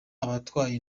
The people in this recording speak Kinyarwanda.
abatwaye